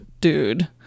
dude